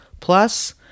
Plus